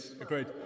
Agreed